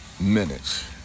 Minutes